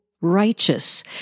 righteous